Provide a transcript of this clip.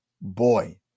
boy